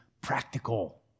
practical